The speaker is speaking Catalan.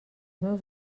meus